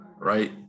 right